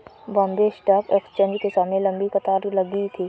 Bombay stock exchange के सामने लंबी कतार लगी थी